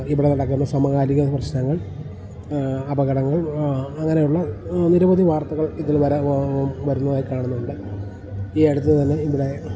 ഇവിടെ നടക്കുന്ന സമകാലിക പ്രശ്നങ്ങൾ അപകടങ്ങൾ അങ്ങനെയുള്ള നിരവധി വാർത്തകൾ ഇതിൽ വരുന്നു വരുന്നതായി കാണുന്നുണ്ട് ഈ അടുത്ത് തന്നെ ഇവിടെ